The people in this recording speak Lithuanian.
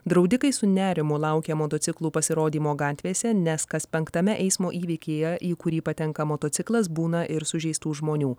draudikai su nerimu laukia motociklų pasirodymo gatvėse nes kas penktame eismo įvykyje į kurį patenka motociklas būna ir sužeistų žmonių